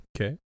Okay